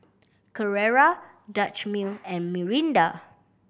Carrera Dutch Mill and Mirinda